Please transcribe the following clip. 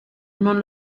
non